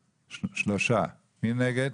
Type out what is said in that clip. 3. מי נגד?